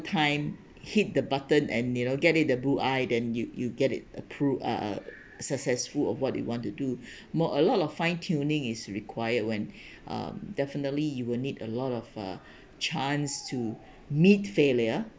time hit the button and you know get it the bull eye then you you get it approv~ uh uh successful or what you want to do more a lot of fine tuning is required when um definitely you will need a lot of uh chance to meet failure